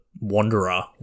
Wanderer